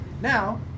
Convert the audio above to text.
Now